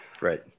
Right